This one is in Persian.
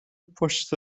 پشت